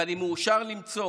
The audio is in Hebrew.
ואני מאושר למצוא